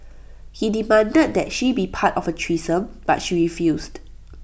he demanded that she be part of A threesome but she refused